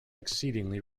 exceedingly